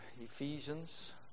Ephesians